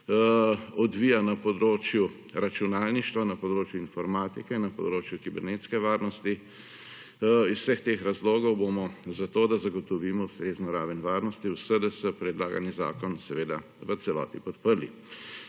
odvija na področju računalništva, na področju informatike, na področju kibernetske varnosti iz vseh teh razlogov bomo, zato da zagotovimo ustrezno raven varnosti v SDS predlagani zakon seveda v celoti podprli.